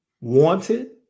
wanted